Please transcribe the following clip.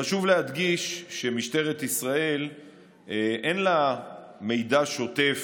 חשוב להדגיש שלמשטרת ישראל אין מידע שוטף